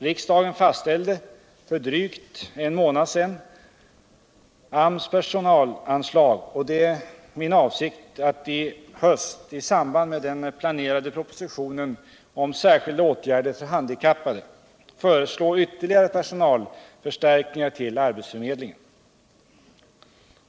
Riksdagen fastställde för drygt en månad sedan AMS personalanslag, och det är min avsikt att i höst, i samband med den planerade propositionen om särskilda åtgärder för handikappade, föreslå vuerligare personalförstärk ningar till arbetsförmedlingen.